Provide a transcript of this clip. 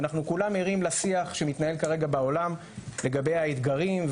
כולנו ערים לשיח שמתנהל כרגע בעולם לגבי האתגרים,